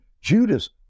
Judas